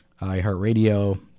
iHeartRadio